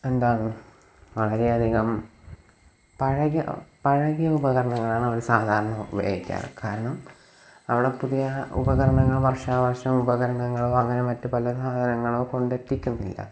എന്താണ് വളരെയധികം പഴകിയ പഴകിയ ഉപകരണങ്ങളാണ് അവർ സാധാരണ ഉപയോഗിക്കാറ് കാരണം അവിടെ പുതിയ ഉപകരണങ്ങൾ വർഷാവർഷം ഉപകരണങ്ങൾ വാങ്ങാനും മറ്റ് പല സാധനങ്ങളും കൊണ്ടെത്തിക്കുന്നില്ല